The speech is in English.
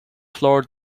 floor